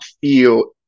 feel